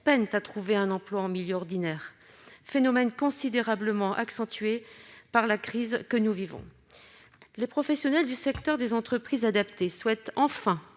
peinent à trouver un emploi en milieu ordinaire, phénomène considérablement accentué par la crise que nous vivons. Les professionnels du secteur des entreprises adaptées souhaitent enfin